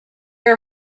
are